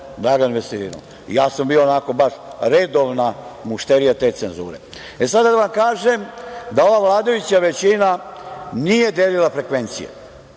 Ja sam bio onako baš redovna mušterija te cenzure. Sada da vam kažem da vladajuća većina nije delila frekvencije,